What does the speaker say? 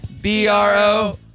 B-R-O